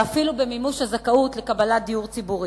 ואפילו במימוש הזכאות לקבלת דיור ציבורי.